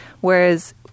Whereas